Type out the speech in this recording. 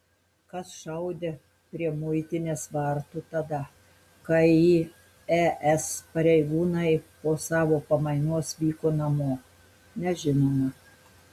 kas šaudė prie muitinės vartų tada kai į es pareigūnai po savo pamainos vyko namo nežinoma